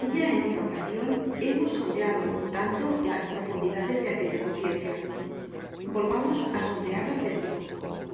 ya en otra ocasion hemos sondeado algun tanto las profundidades de aquella conciencia volvamos á sondearlas de nuevo no